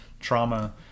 trauma